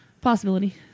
Possibility